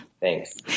Thanks